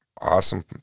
Awesome